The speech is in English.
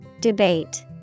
Debate